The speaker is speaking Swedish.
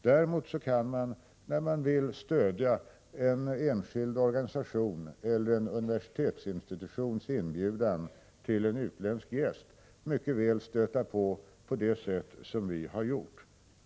Däremot kan man, när man vill stödja en enskild organisation eller en universitetsinstitutions inbjudan till en utländsk gäst, mycket väl stöta på en regering på det sätt som vi i detta fall har gjort.